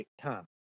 time